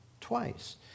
twice